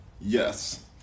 yes